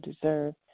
deserve